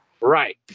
Right